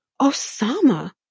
osama